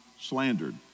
slandered